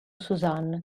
suzanne